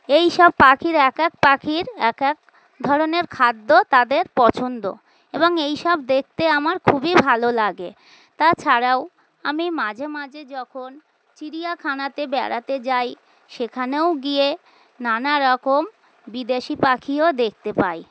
এই সব পাখির এক এক পাখির এক এক ধরনের খাদ্য তাদের পছন্দ এবং এই সব দেখতে আমার খুবই ভালো লাগে তাছাড়াও আমি মাঝে মাঝে যখন চিড়িয়াখানাতে বেড়াতে যাই সেখানেও গিয়ে নানারকম বিদেশি পাখিও দেখতে পাই